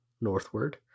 northward